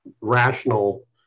rational